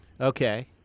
Okay